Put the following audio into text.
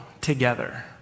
together